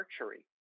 archery